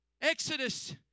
Exodus